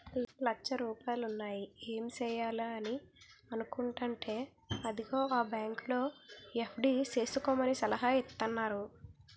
లచ్చ రూపాయలున్నాయి ఏం సెయ్యాలా అని అనుకుంటేంటే అదిగో ఆ బాంకులో ఎఫ్.డి సేసుకోమని సలహా ఇత్తన్నారు